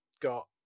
got